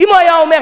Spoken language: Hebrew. אם הוא היה אומר,